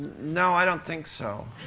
no, i don't think so.